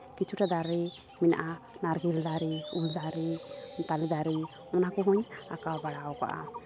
ᱠᱤᱷᱩᱴᱟ ᱫᱟᱨᱮ ᱢᱮᱱᱟᱜᱼᱟ ᱱᱟᱨᱠᱮᱞ ᱫᱟᱨᱮ ᱩᱞ ᱫᱟᱨᱮ ᱛᱟᱞᱮ ᱫᱟᱨᱮ ᱚᱱᱟ ᱠᱚᱦᱚᱸᱧ ᱟᱸᱠᱟᱣ ᱵᱟᱲᱟ ᱠᱟᱜᱼᱟ